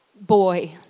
boy